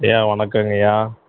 ஐயா வணக்கங்கைய்யா